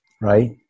right